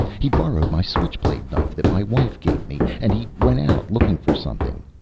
he borrowed my switch-blade knife that my wife gave me. and he went out looking for something.